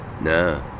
No